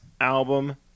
album